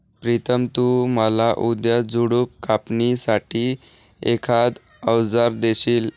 प्रितम तु मला उद्या झुडप कापणी साठी एखाद अवजार देशील?